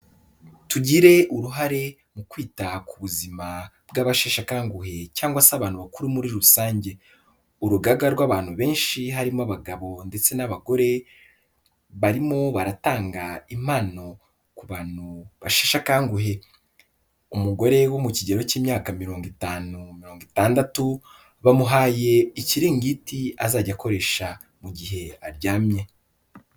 Tugire uruhare mu kwita ku buzima bw'abasheshe akanguhe cyangwa se abantu bakuru muri rusange. Urugaga rw'abantu benshi harimo abagabo ndetse n'abagore, barimo baratanga impano ku bantu basheshe akanguhe. Umugore wo mu kigero cy'imyaka mirongo itanu, mirongo itandatu, bamuhaye ikiringiti azajya akoresha mu gihe aryamye.